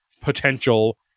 potential